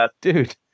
dude